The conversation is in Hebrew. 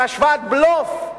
השוואת בלוף.